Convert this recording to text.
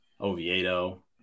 oviedo